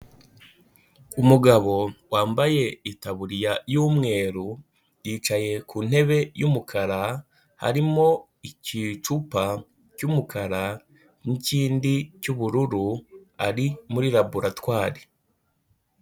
Umugabo wambaye itaburiya y'umweru, yicaye ku ntebe y'umukara, harimo igicupa cy'umukara n'ikindi cy'ubururu ari muri laboratware.